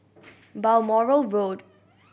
Balmoral Road